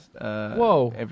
whoa